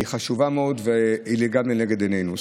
היא חשובה מאוד והיא גם לנגד עינינו.